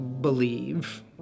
believe